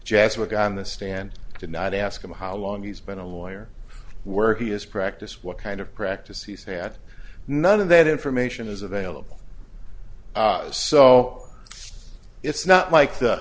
jeffs work on the stand did not ask him how long he's been a lawyer where he is practice what kind of practice he's had none of that information is available so it's not like the